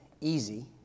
easy